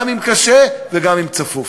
גם אם קשה וגם אם צפוף.